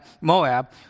Moab